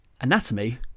Anatomy